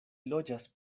loĝas